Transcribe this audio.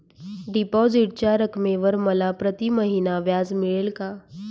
डिपॉझिटच्या रकमेवर मला प्रतिमहिना व्याज मिळेल का?